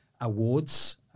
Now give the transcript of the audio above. awards